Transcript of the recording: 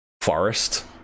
forest